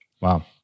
Wow